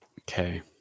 Okay